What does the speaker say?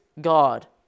God